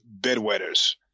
bedwetters